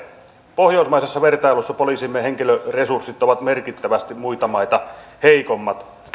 pohjoismaisessa vertailussa poliisimme henkilöresurssit ovat merkittävästi muita maita heikommat